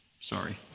Sorry